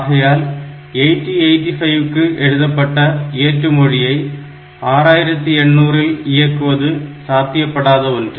ஆகையால் 8085 ற்கு எழுதப்பட்ட இயற்று மொழியை 6800 இல் இயக்குவது சாத்தியப்படாத ஒன்று